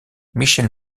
michel